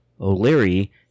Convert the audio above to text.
O'Leary